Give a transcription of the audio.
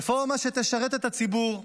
רפורמה שתשרת את הציבור.